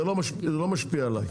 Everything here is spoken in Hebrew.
זה לא משפיע עליי.